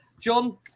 John